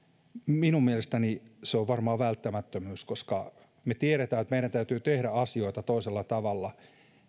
minun mielestäni se on varmaan välttämättömyys koska me tiedämme että meidän täytyy tehdä asioita toisella tavalla